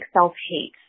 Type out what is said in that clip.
self-hate